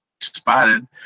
spotted